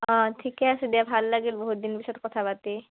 অঁ ঠিকে আছে দিয়া ভাল লাগিল বহু দিন পিছত কথা পাতি